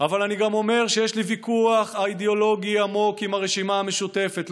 אבל אני גם אומר שיש לי ויכוח אידיאולוגי עמוק עם הרשימה המשותפת,